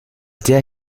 der